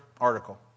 Article